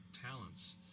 talents